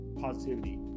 positivity